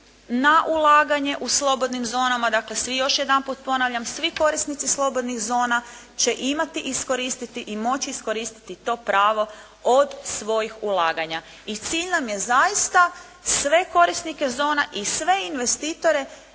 na ulaganje u slobodnim zonama, još jedanput ponavljam, svi korisnici slobodnih zona će imati iskoristiti i moći iskoristiti to pravo od svojih ulaganja. I cilj nam je zaista sve korisnike zona i sve investitore